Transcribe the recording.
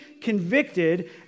convicted